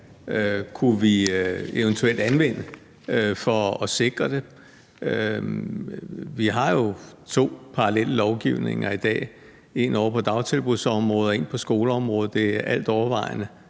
greb vi eventuelt kunne anvende for at sikre det. Vi har jo to parallelle lovgivninger i dag, en på dagtilbudsområdet og en på skoleområdet, og det er absolut altovervejende